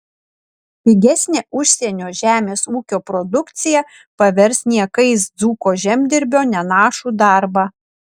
pigesnė užsienio žemės ūkio produkcija pavers niekais dzūko žemdirbio nenašų darbą